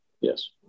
Yes